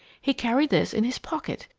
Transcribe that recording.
he carried this in his pocket,